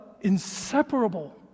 inseparable